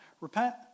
Repent